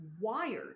wired